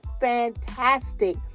fantastic